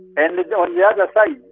and and on the other side,